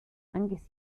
angesichts